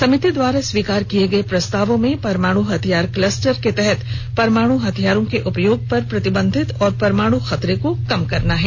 समिति द्वारा स्वीकार किये गये प्रस्तावों में परमाणु हथियार क्लस्टर के तहत परमाणु हथियारों के उपयोग पर प्रतिबंध और परमाणु खतरे को कम करना शामिल है